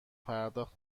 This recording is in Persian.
پرداخت